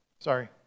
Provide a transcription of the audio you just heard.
sorry